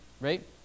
right